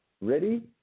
ready